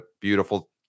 beautiful